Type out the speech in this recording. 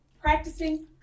practicing